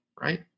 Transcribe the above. right